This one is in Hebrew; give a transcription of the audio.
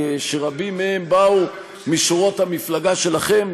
שרבים מהם באו משורות המפלגה שלכם,